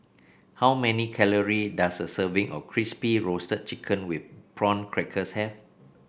how many calorie does a serving of Crispy Roasted Chicken with Prawn Crackers have